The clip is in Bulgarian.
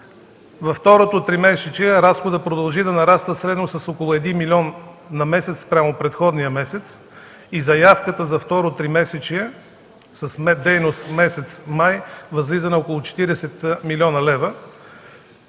Във второто тримесечие разходът продължи да нараства средно с около 1 милион на месец спрямо предходния месец и заявката за второ тримесечие с дейност месец май възлиза на около 40 млн. лв.